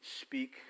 speak